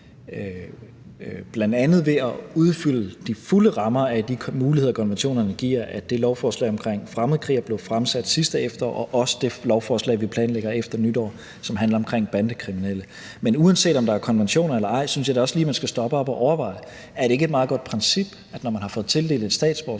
bl.a. ved at udfylde de fulde rammer af de muligheder, konventionerne giver, at det lovforslag omkring fremmedkrigere blev fremsat sidste efterår og også det lovforslag, vi planlægger efter nytår, som handler om bandekriminelle. Men uanset om der er konventioner eller ej, synes jeg da også lige, man skal stoppe op og overveje: Er det ikke et meget godt princip, at når man har fået tildelt et statsborgerskab,